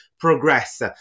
progress